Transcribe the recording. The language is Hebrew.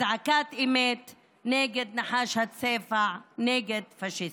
אזעקת אמת נגד נחש הצפע, נגד פשיסטים.